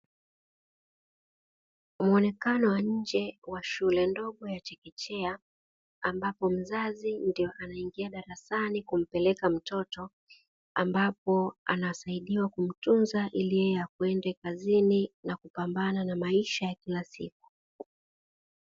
Muonekano wa nje wa shule ndogo ya chekechea ambapo mzazi ndiyo anaingia darasani kumpeleka mtoto, ambapo anasaidiwa kumtunza ili yeye aende kazini na kupambana na maisha ya kila siku.